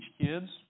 kids